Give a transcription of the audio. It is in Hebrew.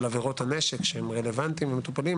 עבירות הנשק שהם רלוונטיים ומטופלים,